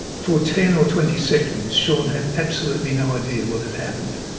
for ten or twenty seconds, shaun had absolutely no idea what had happened.